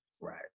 right